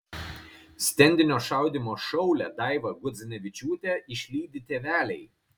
stendinio šaudymo šaulę daivą gudzinevičiūtę išlydi tėveliai